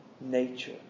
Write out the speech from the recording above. nature